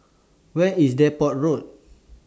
Where IS Depot Road